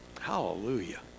Hallelujah